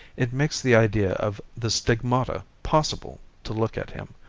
it makes the idea of the stigmata possible to look at him.